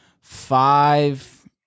Five